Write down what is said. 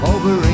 Over